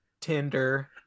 Tinder